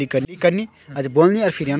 मुझे पैसे भेजने थे कैसे भेजूँ?